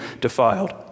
defiled